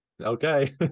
Okay